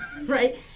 right